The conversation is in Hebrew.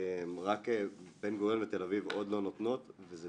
רק בן גוריון ותל אביב עוד לא נותנות וזה